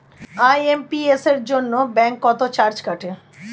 IMPS এর জন্য bank কত চার্জ কাটে?